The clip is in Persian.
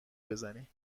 بزنی